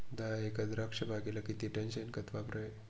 दहा एकर द्राक्षबागेला किती टन शेणखत वापरावे?